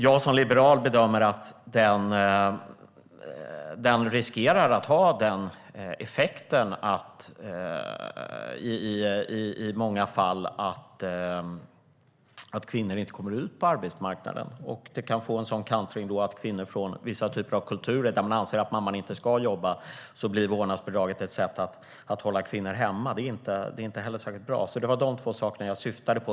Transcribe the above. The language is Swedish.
Jag som liberal bedömer att bidraget har effekten att det i många fall innebär att kvinnor inte kommer ut på arbetsmarknaden. Vårdnadsbidraget kan få en sådan kantring att kvinnor från vissa typer av kulturer där det anses att mamman inte ska jobba hålls hemma. Det är inte heller särskilt bra. Det var de två sakerna jag syftade på.